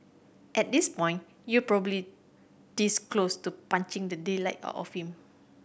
at this point you probably this close to punching the daylight out of him